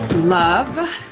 Love